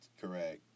correct